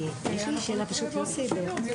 באיזה שהוא נושא שמאוד מאוד קרוב לעניין הזה.